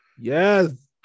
Yes